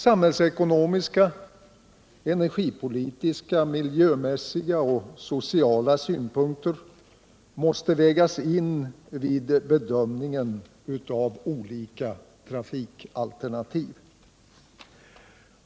Samhällsekonomiska, energipolitiska, miljömässiga och sociala synpunkter måste vägas in vid bedömningen av olika trafikalternativ.